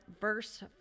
verse